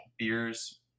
Beers